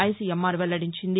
ICMR వెల్లడించింది